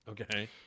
Okay